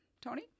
Tony